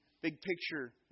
big-picture